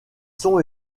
sont